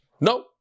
No